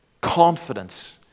Confidence